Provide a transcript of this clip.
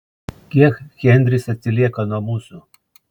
kiek henris atsilieka nuo mūsų